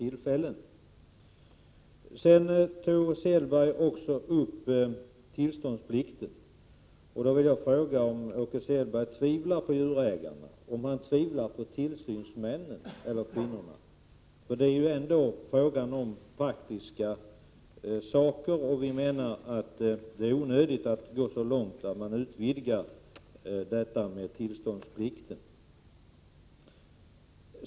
Åke Selberg tog upp tillståndsplikten. Då vill jag fråga om han inte litar på djurägarna och tillsynsmännen. Det är ju ändå en praktisk fråga, och vi menar att det är onödigt att utvidga tillståndsplikten.